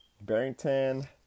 Barrington